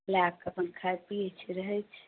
लए के अपन खाइत पियैत छी रहैत छी